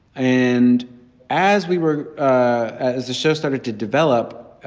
and as we were ah as the show started to develop,